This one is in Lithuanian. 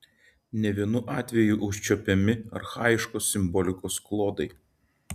ne vienu atveju užčiuopiami archaiškos simbolikos klodai